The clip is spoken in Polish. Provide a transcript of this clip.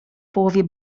połowie